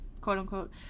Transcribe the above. quote-unquote